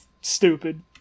stupid